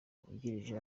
wungirije